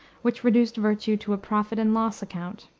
which reduced virtue to a profit-and-loss account.